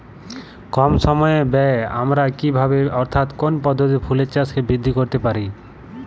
কম সময় ব্যায়ে আমরা কি ভাবে অর্থাৎ কোন পদ্ধতিতে ফুলের চাষকে বৃদ্ধি করতে পারি?